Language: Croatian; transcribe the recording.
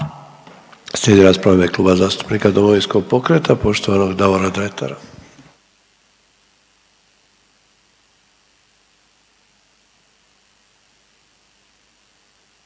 Slijedi rasprava u ime Kluba zastupnika Domovinskog pokreta poštovanog Davora Dretara.